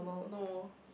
no